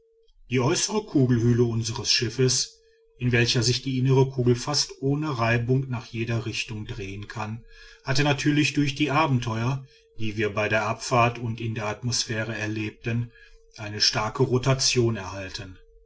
die äußere kugelhülle unseres schiffes in welcher sich die innere kugel fast ohne reibung nach jeder richtung drehen kann hatte natürlich durch die abenteuer die wir bei der abfahrt und in der atmosphäre erlebten eine starke rotation erhalten